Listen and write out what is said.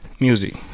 music